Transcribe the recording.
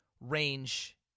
range